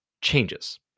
changes